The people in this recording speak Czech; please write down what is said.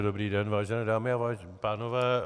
Dobrý den, vážené dámy a vážení pánové.